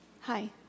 Hi